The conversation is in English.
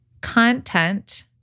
content